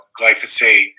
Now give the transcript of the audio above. glyphosate